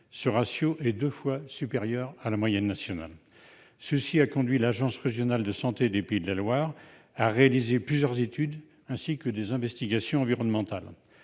Ce ratio est deux fois supérieur à la moyenne nationale. Cela a conduit l'agence régionale de santé (ARS) des Pays de la Loire à réaliser plusieurs études, ainsi que des investigations environnementales.